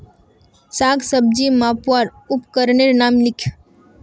साग सब्जी मपवार उपकरनेर नाम लिख?